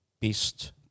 best